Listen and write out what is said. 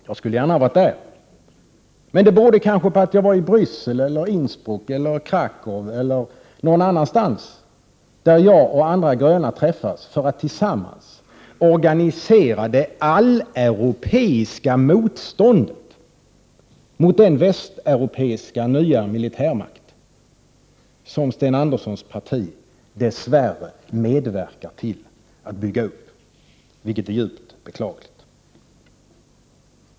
Jag skulle gärna ha varit närvarande, men att jag inte var det berodde kanske på att jag var i Bryssel, Innsbruck, Krakow eller någon annanstans, där jag och andra gröna träffas för att tillsammans organisera det alleuropeiska motståndet mot den västeuropeiska nya militärmakt som Sten Anderssons parti dess värre medverkar till att bygga. Detta är djupt beklagligt.